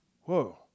Whoa